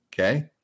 okay